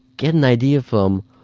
get an idea from,